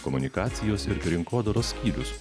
komunikacijos ir rinkodaros skyrius